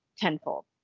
tenfold